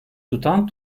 tutan